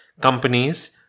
companies